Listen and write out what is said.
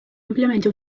ampiamente